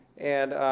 and